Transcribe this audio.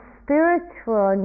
spiritual